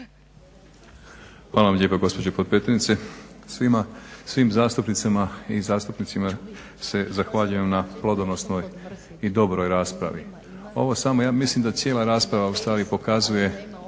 Hvala vam lijepo gospođo potpredsjednice. Svim zastupnicima i zastupnicama se zahvaljujem na plodonosnoj i dobroj raspravi, ovo samo, ja mislim da cijela rasprava ustvari pokazuje